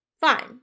Fine